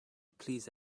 please